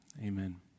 amen